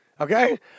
Okay